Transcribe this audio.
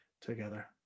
together